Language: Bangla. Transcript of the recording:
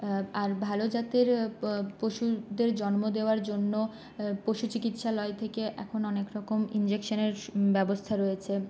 আর ভালো জাতের পশুদের জন্ম দেওয়ার জন্য পশু চিকিৎসালয় থেকে এখন অনেক রকম ইঞ্জেকশনের ব্যবস্থা রয়েছে